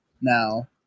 now